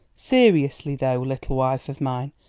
seriously, though, little wife of mine,